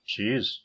Jeez